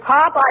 Pop